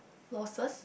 losses